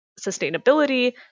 sustainability